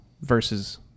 versus